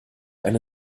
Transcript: eine